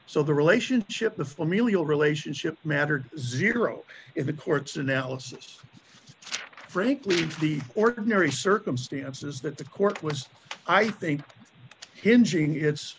so the relationship the familial relationship mattered zero in the court's analysis frankly and the ordinary circumstances that the court was i think hinge ing it